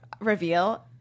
reveal